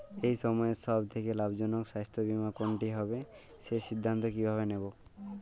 এই সময়ের সব থেকে লাভজনক স্বাস্থ্য বীমা কোনটি হবে সেই সিদ্ধান্ত কীভাবে নেব?